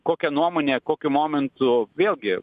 kokia nuomonė kokiu momentu vėlgi